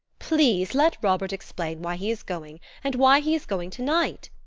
please let robert explain why he is going, and why he is going to-night,